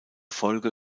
folge